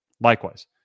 Likewise